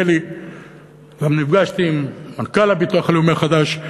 גם נפגשתי עם מנכ"ל הביטוח הלאומי החדש.